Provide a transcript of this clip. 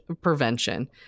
prevention